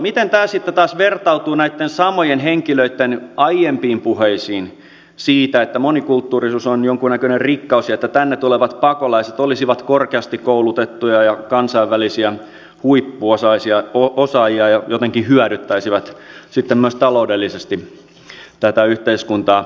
miten tämä sitten taas vertautuu näitten samojen henkilöitten aiempiin puheisiin siitä että monikulttuurisuus on jonkunnäköinen rikkaus ja että tänne tulevat pakolaiset olisivat korkeasti koulutettuja ja kansainvälisiä huippuosaajia ja jotenkin hyödyttäisivät sitten myös taloudellisesti tätä yhteiskuntaa